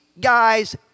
guys